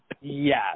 Yes